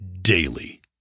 daily